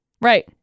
Right